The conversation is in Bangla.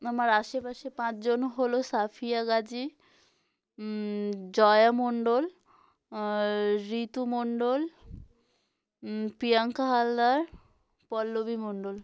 আমার আশেপাশে পাঁচজন হলো সাফিয়া গাজি জয়া মন্ডল ঋতু মন্ডল প্রিয়াংকা হালদার পল্লবী মন্ডল